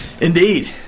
Indeed